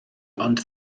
ond